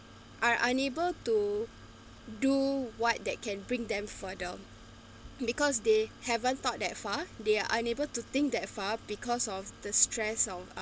are unable to do what that can bring them for them because they haven't thought that far they are unable to think that far because of the stress of